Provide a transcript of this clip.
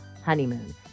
honeymoon